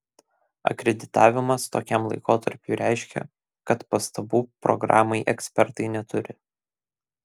akreditavimas tokiam laikotarpiui reiškia kad pastabų programai ekspertai neturi